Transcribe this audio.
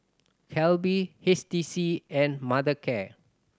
Calbee H T C and Mothercare